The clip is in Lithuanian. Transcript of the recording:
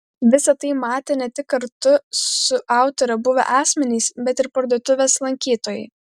visa tai matė ne tik kartu su autore buvę asmenys bet ir parduotuvės lankytojai